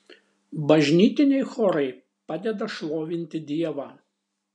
bažnytiniai chorai padeda šlovinti dievą